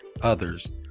others